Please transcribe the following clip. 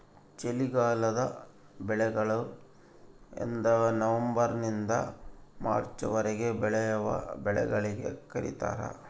ಚಳಿಗಾಲದ ಬೆಳೆಗಳು ಎಂದನವಂಬರ್ ನಿಂದ ಮಾರ್ಚ್ ವರೆಗೆ ಬೆಳೆವ ಬೆಳೆಗಳಿಗೆ ಕರೀತಾರ